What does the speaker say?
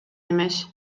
эмес